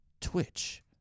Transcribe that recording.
Twitch